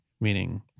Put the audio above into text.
meaning